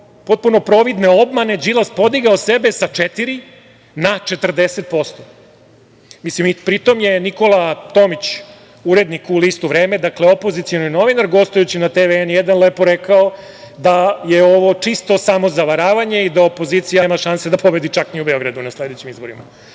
potpuno providne obmane Đilas podigao sebe sa 4% na 40%. Pri tome je Nikola Tomić, urednik u Listu „Vreme“, dakle opozicioni novinar, gostujući na TV N1, lepo rekao da je ovo čisto samozavaravanje i da opozicija nema šanse da pobedi čak ni u Beogradu na sledećim izborima. Dakle,